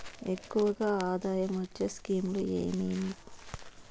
ఎక్కువగా ఆదాయం వచ్చే స్కీమ్ లు ఏమేమీ?